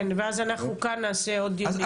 כן, ואז אנחנו כאן נעשה עוד דיונים.